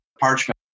parchment